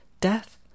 Death